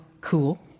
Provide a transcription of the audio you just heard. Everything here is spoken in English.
Cool